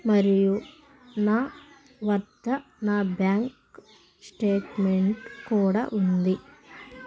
మరియు నా వద్ద నా బ్యాంక్ స్టేట్మెంట్ కూడా ఉంది